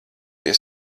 pie